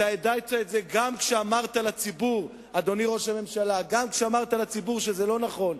אתה ידעת את זה גם כשאמרת לציבור שזה לא נכון.